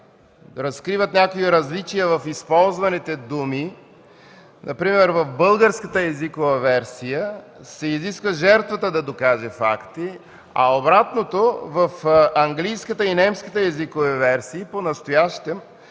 разкриват някакви различия в използваните думи. Например в българската езикова версия се изисква жертвата да докаже факти, а обратното – в английската и немската езикови версии понастоящем